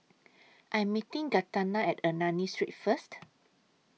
I Am meeting Gaetano At Ernani Street First